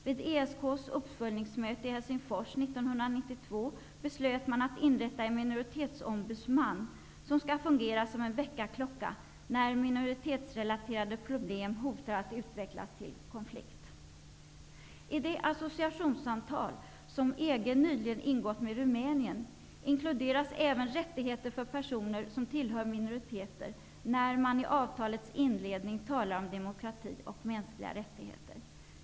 Vid ESK:s uppföljningsmöte i Helsingfors 1992 beslöt man att inrätta en minoritetsombudsman, som skall fungera som en ''väckarklocka'' när minoritetsrelaterade problem hotar att utvecklas till konflikt. I det assiciationsavtal som EG nyligen ingått med Rumänien inkluderas även rättigheter för personer som tillhör minoriteter, när man i avtalets inledning talar om demokrati och mänskliga rättigheter.